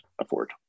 afford